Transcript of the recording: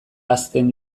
hazten